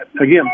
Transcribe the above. Again